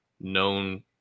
known